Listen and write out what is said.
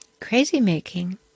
Crazy-making